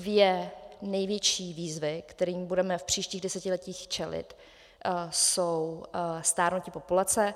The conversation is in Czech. Dvě největší výzvy, kterým budeme v příštích desetiletích čelit, jsou stárnutí populace.